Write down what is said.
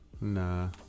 Nah